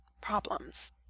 problems